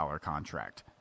contract